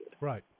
Right